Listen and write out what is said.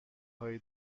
هایی